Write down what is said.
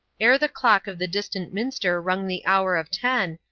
ere the clock of the distant minster rung the hour of ten,